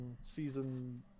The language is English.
season